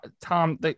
Tom